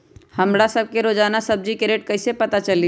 हमरा सब के रोजान सब्जी के रेट कईसे पता चली?